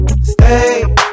Stay